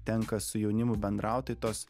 tenka su jaunimu bendraut tai tos